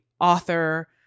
author